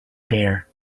there